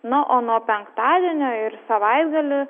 na o nuo penktadienio ir savaitgalį